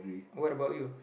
what about you